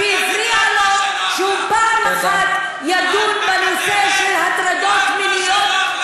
כי הפריע לו שהוא, כי את מקדמת רק מה שנוח לך.